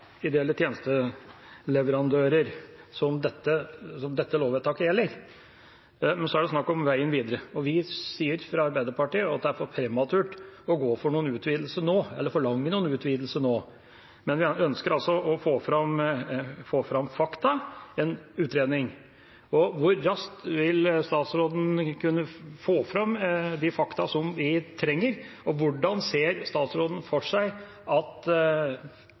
det snakk om veien videre. Vi i Arbeiderpartiet sier at det er for prematurt å forlange noen utvidelser nå, men vi ønsker å få fram fakta, en utredning. Hvor raskt vil statsråden kunne få fram de faktaene vi trenger? Hvordan ser statsråden for seg at